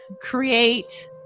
create